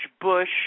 Bush